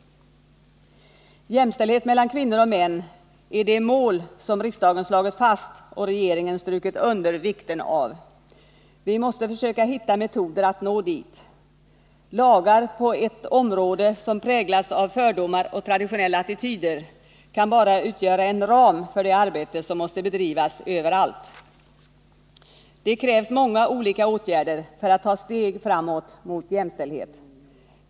Jämställdhet mellan kvinnor och män är det mål som riksdagen slagit fast och regeringen strukit under vikten av. Vi måste försöka hitta metoder att nå dit. Lagar på ett område, som präglas av fördomar och traditionella attityder, kan bara utgöra en ram för det arbete som måste bedrivas överallt. Det krävs många olika åtgärder för att ta steg framåt mot jämställdhet.